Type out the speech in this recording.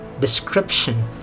description